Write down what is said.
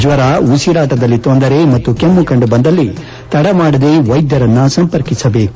ಜ್ವರ ಉಸಿರಾಟದಲ್ಲಿ ತೊಂದರೆ ಕೆಮ್ಮು ಕಂಡು ಬಂದಲ್ಲಿ ತಡಮಾಡದೆ ವೈದ್ಯರನ್ನು ಸಂಪರ್ಕಿಸಬೇಕು